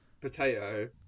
Potato